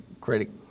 credit